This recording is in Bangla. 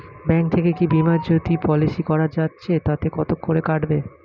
ব্যাঙ্ক থেকে কী বিমাজোতি পলিসি করা যাচ্ছে তাতে কত করে কাটবে?